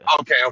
Okay